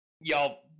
y'all